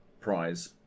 prize